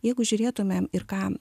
jeigu žiūrėtumėm ir ką